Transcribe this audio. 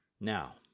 Now